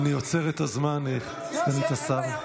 אני עוצר את הזמן, סגנית השר.